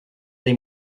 dai